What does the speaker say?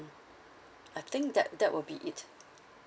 I think that that will be it